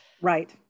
Right